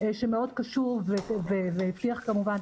שמאוד קשוב והצליח לוודא